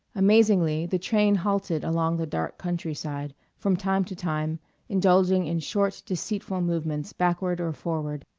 amazingly the train halted along the dark countryside, from time to time indulging in short, deceitful movements backward or forward,